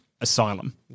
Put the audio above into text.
asylum